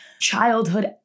childhood